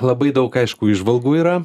labai daug aišku įžvalgų yra